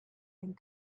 and